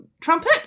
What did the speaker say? trumpet